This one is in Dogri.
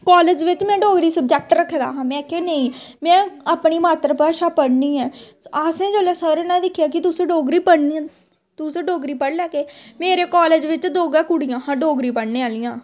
कालेज बिच्च में डोगरी सबजैक्ट रक्खे दे हा में आखेआ नेईं में अपनी मात्तर भाशा पढ़नी ऐं असें जिसलै सर नै दिक्खेआ तुस डोगरी तुस डोगरी पढ़ी लैगे मेरे कालेज बिच्च दो गै कुड़ियां हां डोगरी पढ़ने आह्लियां